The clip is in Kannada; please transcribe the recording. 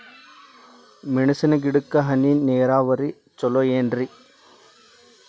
ಮೆಣಸಿನ ಗಿಡಕ್ಕ ಹನಿ ನೇರಾವರಿ ಛಲೋ ಏನ್ರಿ?